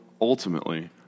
ultimately